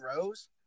Rose